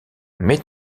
mets